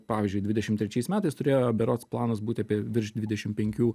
pavyzdžiui dvidešim trečiais metais turėjo berods planas būt apie virš dvidešim penkių